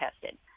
tested